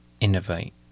innovate